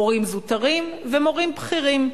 מורים זוטרים ומורים בכירים.